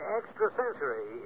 extrasensory